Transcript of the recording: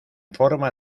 forma